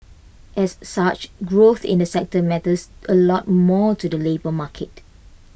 as such growth in the sector matters A lot more to the labour market